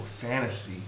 fantasy